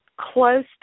close